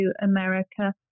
America